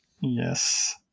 Yes